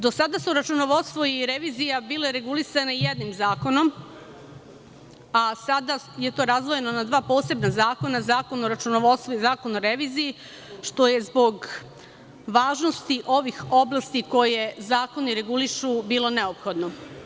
Do sada su računovodstvo i revizija bili regulisani jednim zakonom, a sada je to razdvojeno na dva posebna zakona, zakon o računovodstvu i zakon o reviziji, što je zbog važnosti ovih oblasti koje zakoni regulišu, bilo neophodno.